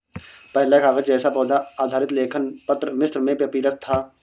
पहला कागज़ जैसा पौधा आधारित लेखन पत्र मिस्र में पपीरस था